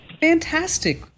Fantastic